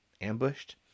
ambushed